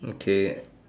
okay